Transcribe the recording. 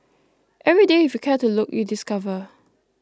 every day if you care to look you discover